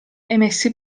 emessi